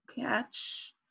catch